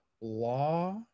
law